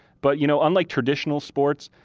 but you know, unlike traditional sports,